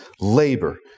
labor